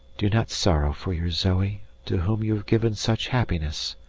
do not sorrow for your zoe, to whom you have given such happiness.